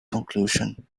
conclusion